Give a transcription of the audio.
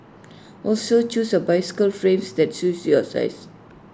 also choose A bicycle frames that suits your size